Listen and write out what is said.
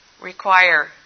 require